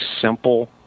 simple